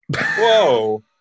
Whoa